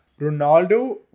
Ronaldo